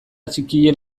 txikien